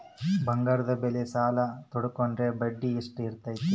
ಬಂಗಾರದ ಮೇಲೆ ಸಾಲ ತೋಗೊಂಡ್ರೆ ಬಡ್ಡಿ ಎಷ್ಟು ಇರ್ತೈತೆ?